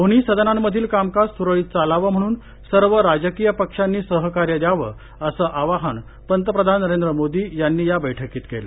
दोन्ही सदनांमधील कामकाज सुरळीत चालावं म्हणून सर्व राजकीय पक्षानी सहकार्य द्यावं असं आवाहन पंतप्रधान नरेंद्र मोदी यांनी या बैठकीत केलं